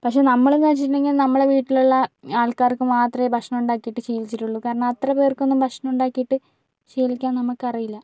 പക്ഷേ നമ്മളെന്നു വച്ചിട്ടുണ്ടെങ്കിൽ നമ്മൾ വീട്ടിലുള്ള ആൾക്കാർക്ക് മാത്രമേ ഭക്ഷണം ഉണ്ടാക്കിയിട്ട് ശീലിച്ചിട്ടുള്ളു കാരണം അത്രപേർക്കൊന്നും ഭക്ഷണം ഉണ്ടാക്കിയിട്ട് ശീലിക്കാൻ നമ്മൾക്കറിയില്ല